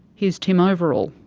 here's tim overall.